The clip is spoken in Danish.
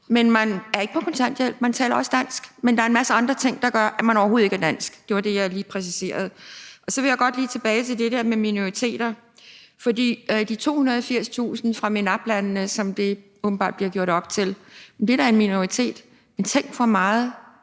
Man er ikke på kontanthjælp, og man taler også dansk, men der er en masse andre ting, der gør, at man overhovedet ikke er dansk. Det var det, jeg lige præciserede. Så vil jeg godt lige tilbage til det der med minoriteter. De 280.000 fra MENAP-landene, som det åbenbart bliver gjort op til, er da en minoritet. Men tænk, hvor meget